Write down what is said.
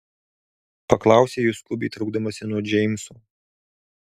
paklausė ji skubiai traukdamasi nuo džeimso